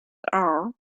are